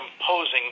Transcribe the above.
imposing